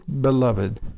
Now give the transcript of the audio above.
beloved